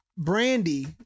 brandy